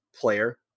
player